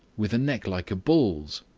with a neck like a bull's,